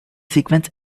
sequence